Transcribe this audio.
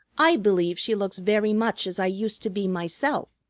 i believe she looks very much as i used to be myself.